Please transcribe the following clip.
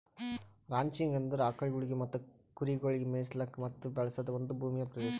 ranching ಅಂದುರ್ ಆಕುಲ್ಗೊಳಿಗ್ ಮತ್ತ ಕುರಿಗೊಳಿಗ್ ಮೆಯಿಸ್ಲುಕ್ ಮತ್ತ ಬೆಳೆಸದ್ ಒಂದ್ ಭೂಮಿಯ ಪ್ರದೇಶ